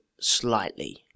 slightly